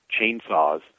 chainsaws